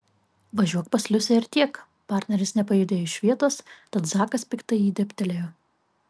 važiuok pas liusę ir tiek partneris nepajudėjo iš vietos tad zakas piktai į jį dėbtelėjo